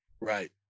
Right